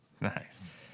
Nice